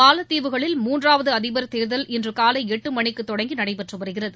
மாலத்தீவுகளில் மூன்றாவது அதிபர் தேர்தல் இன்று காலை எட்டு மணிக்கு தொடங்கி நடைபெற்றுவருகிறது